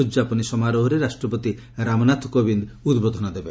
ଉଦ୍ଯାପନୀ ସମାରୋହରେ ରାଷ୍ଟ୍ରପତି ରାମନାଥ କୋବିନ୍ଦ୍ ଉଦ୍ବୋଧନ ଦେବେ